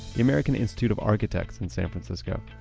the american institute of architects in san francisco,